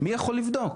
מי יכול לבדוק?